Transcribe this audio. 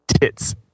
tits